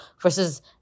versus